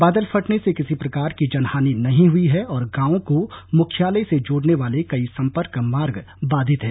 बादल फटने से किसी प्रकार की जनहानि नही हुई है और गांवों को मुख्यालय से जोड़ने वाले कई संपर्क मार्ग बाधित हैं